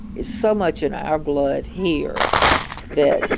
it's so much in our blood here that,